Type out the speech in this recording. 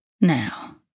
Now